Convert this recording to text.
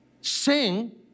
sing